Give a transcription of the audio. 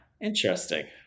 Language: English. Interesting